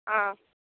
ஆ